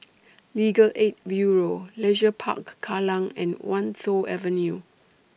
Legal Aid Bureau Leisure Park Kallang and Wan Tho Avenue